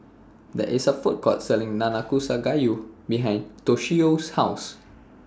There IS A Food Court Selling Nanakusa Gayu behind Toshio's House